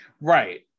Right